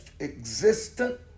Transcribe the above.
existent